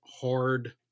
hard